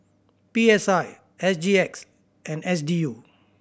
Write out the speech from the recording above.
P S I S G X and S D U